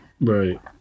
right